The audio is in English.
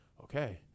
okay